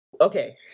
Okay